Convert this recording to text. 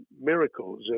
miracles